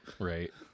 Right